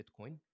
Bitcoin